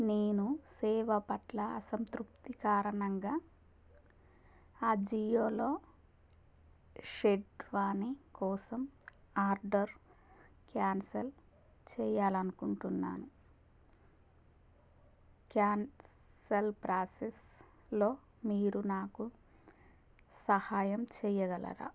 నేను సేవ పట్ల అసంతృప్తి కారణంగా అజియోలో షేర్వానీ కోసం ఆర్డర్ చెయ్యాలనుకుంటున్నాను క్యాన్సిల్ ప్రాసెస్లో మీరు నాకు సహాయం చెయ్యగలరా